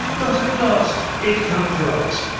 but at last it comes right.